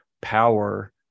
power